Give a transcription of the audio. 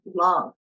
love